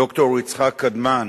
ד"ר יצחק קדמן.